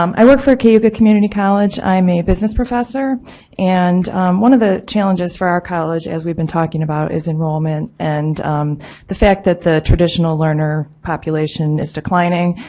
um i work for cayuga community college, i'm a business professor and one of the challenges for our college as we've been talking about is enrollment and the fact that the traditional learner population is declining,